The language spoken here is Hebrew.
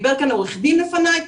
דיבר כאן עו"ד לפניי,